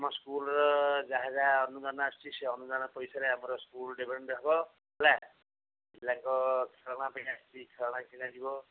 ଆମ ସ୍କୁଲ୍ର ଯାହା ଯାହା ଅନୁଦାନ ଆସୁଛି ସେଇ ଅନୁଦାନ ପଇସାରେ ଆମର ସ୍କୁଲ୍ ଡେଭଲପମେଣ୍ଟ୍ ହେବ ହେଲା ପିଲାଙ୍କ ଖେଳନା ପାଇଁ ଆସିଛି ଖେଳନା କିଣାଯିବ